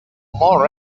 more